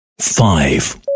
five